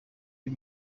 uyu